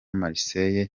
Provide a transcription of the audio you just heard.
marseille